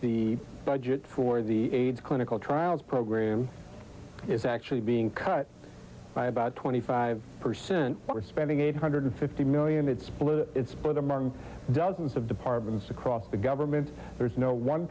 the budget for the aids clinical trials program is actually being cut by about twenty five percent or spending eight hundred fifty million hits the mark and dozens of departments across the government there's no one